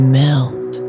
melt